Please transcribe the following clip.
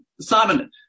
Simon